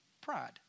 Pride